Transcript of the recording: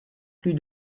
plus